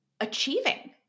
achieving